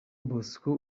bosco